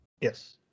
Yes